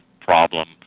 problem